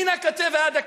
מן הקצה ועד הקצה,